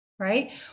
Right